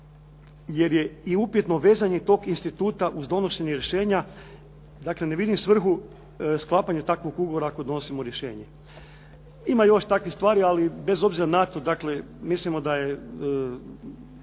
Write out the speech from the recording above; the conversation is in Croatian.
jer je i upitno vezanje tog instituta uz donošenje rješenja. Dakle, ne vidim svrhu sklapanja takvog ugovora ako donosimo rješenje. Ima još takvih stvari, ali bez obzira na to mislimo da je